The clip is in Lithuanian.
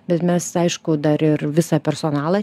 bet mes aišku dar ir visą personalą